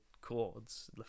chords